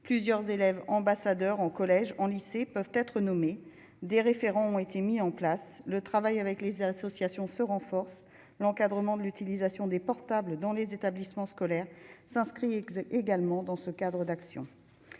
plusieurs élèves ambassadeur en collège en lycée peuvent être nommés des référents ont été mis en place le travail avec les associations se renforce l'encadrement de l'utilisation des portables dans les établissements scolaires s'inscrit également dans ce cadre d'action,